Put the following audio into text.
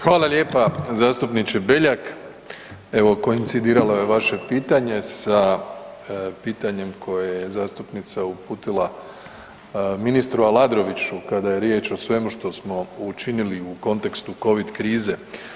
Hvala lijepa zastupniče Beljak, evo koincidiralo je vaše pitanje sa pitanjem koje je zastupnica uputila ministricu Aladroviću kada je riječ o svemu što smo učinili u kontekstu covid krize.